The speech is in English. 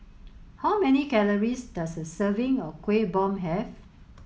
how many calories does a serving of Kueh Bom have